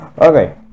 Okay